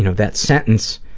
you know that sentence,